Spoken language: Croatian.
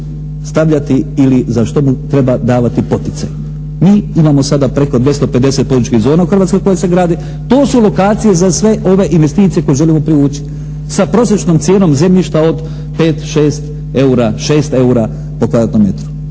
stavljati ili za što mu treba davati poticaj. Mi imamo sada preko 250 … /Ne razumije se./ … zona u Hrvatskoj koje se grade, to su lokacije za sve ove investicije koje želimo privući sa prosječnom cijenom zemljišta od 5, 6 eura, 6 eura po kvadratnom metru.